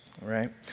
right